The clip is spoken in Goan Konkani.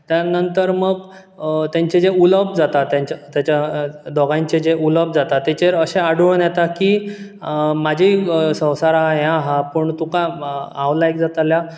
त्या नंतर मग अ तेंचें जें उलोवप जाता तेंचें तेंच्या दोगांयचें जें उलोवप जाता तेचेर अशें आडून येता की अ म्हाजी संवसार आहा हें आहा पूण तुका हांव लायक जाता जाल्यार